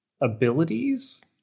abilities